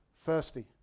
thirsty